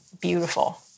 beautiful